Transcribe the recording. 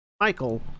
Michael